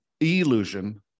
illusion